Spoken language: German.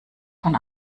von